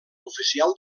oficial